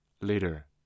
Later